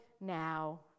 now